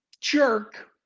jerk